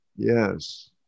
Yes